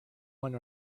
one